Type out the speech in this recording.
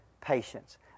Patience